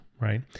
right